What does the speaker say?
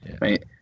Right